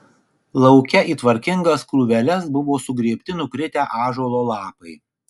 lauke į tvarkingas krūveles buvo sugrėbti nukritę ąžuolo lapai